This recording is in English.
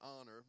Honor